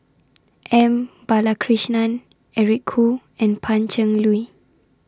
M Balakrishnan Eric Khoo and Pan Cheng Lui